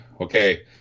okay